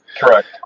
Correct